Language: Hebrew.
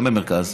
גם במרכז,